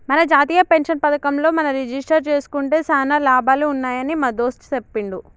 మన జాతీయ పెన్షన్ పథకంలో మనం రిజిస్టరు జేసుకుంటే సానా లాభాలు ఉన్నాయని మా దోస్త్ సెప్పిండు